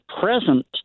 present